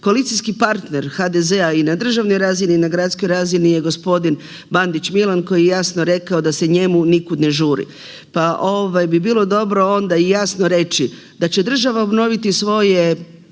Koalicijski partner HDZ-a i na državnoj razini i na gradskoj razini je gospodin Bandić Milan koji je jasno rekao da se njemu nikud ne žuri. Pa ovaj, bi bilo dobro onda i jasno reći da će država obnoviti svoje